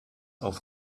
auf